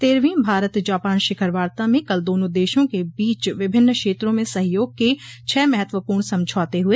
तेरहवी Bharat Japan शिखर वार्ता में कल दोनों देशों के बीच विभिन्न क्षेत्रों में सहयोग के छह महत्वपूर्ण समझौते हुए